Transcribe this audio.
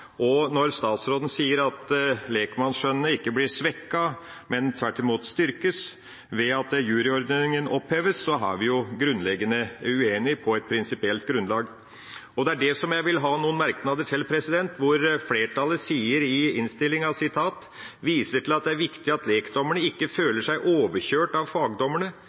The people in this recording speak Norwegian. og når statsråden sier at lekmannsskjønnet ikke blir svekket, men tvert imot styrket, ved at juryordninga oppheves, er vi grunnleggende uenige på et prinsipielt grunnlag. Og det er det jeg vil gi noen merknader til. Flertallet sier i innstillinga: «Flertallet viser til at det er viktig at lekdommerne ikke føler seg overkjørt av